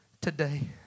today